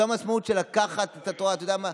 זו המשמעות של לקחת את התורה, אתה יודע מה,